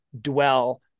dwell